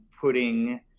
putting